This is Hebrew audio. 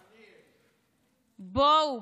בואו,